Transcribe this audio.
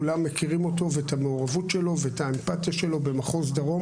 כולם מכירים אותו ואת המעורבות שלו ואת האמפתיה שלו במחוז דרום.